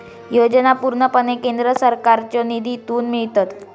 योजना पूर्णपणे केंद्र सरकारच्यो निधीतून मिळतत